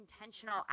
intentional